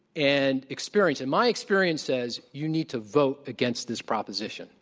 and experience. and my experience says, you need to vote against this proposition.